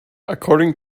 according